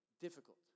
difficult